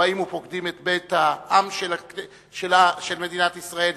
הבאים ופוקדים את בית העם של מדינת ישראל,